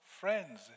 Friends